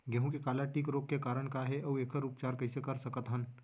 गेहूँ के काला टिक रोग के कारण का हे अऊ एखर उपचार कइसे कर सकत हन?